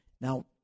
now